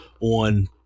on